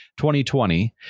2020